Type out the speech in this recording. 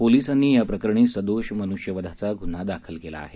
पोलिसांनी या प्रकरणी सदोष मनुष्यवधाचा गुन्हा दाखल केला आहे